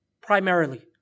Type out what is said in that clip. primarily